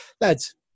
Lads